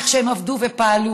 איך שהם עבדו ופעלו.